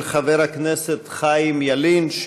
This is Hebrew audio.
של חבר הכנסת חיים ילין,